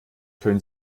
können